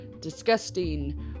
disgusting